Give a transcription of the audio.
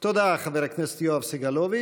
תודה, חבר הכנסת יואב סגלוביץ'.